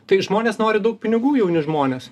tai žmonės nori daug pinigų jauni žmonės